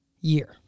year